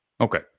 Okay